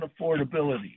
affordability